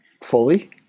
fully